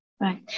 Right